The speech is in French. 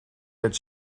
êtes